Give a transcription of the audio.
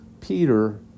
Peter